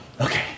okay